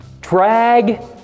Drag